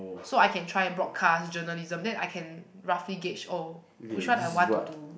so I can try broadcast journalism then I can roughly gauge oh which one I want to do